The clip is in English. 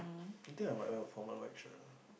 think are like a formal white shirt lah